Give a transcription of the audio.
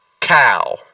cow